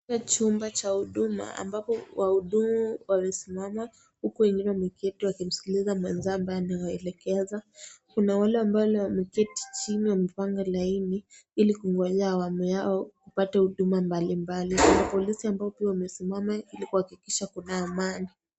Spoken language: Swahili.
Katika chumba cha huduma ambapo wahudumu wamesimama huku wengine wameketi wakimsikiliza mwenzao ambaye anawaelegeza. Kuna wale ambao wameketi chini kupanga laini Ili kungojea awamu yao kupata huduma mbalimbali. Polisi wamesimama Ili kuhakikisha kuna amani.